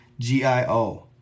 GIO